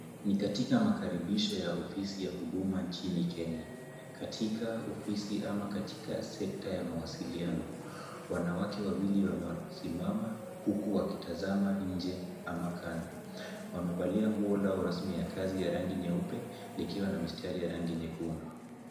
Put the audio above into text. Ni katika makaribisho ya ofisi ya huduma nchini Kenya. Katika ofisi ama katika sekta ya mawasiliano, wanawake wawili wamesimama huku wakitazama nje ama kando. Wamevalia nguo lao rasmi ya kazi ya rangi nyeupe likiwa na mistari ya rangi nyekundu.